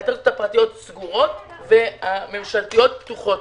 סגורות ואילו האטרקציות הממשלתיות פתוחות.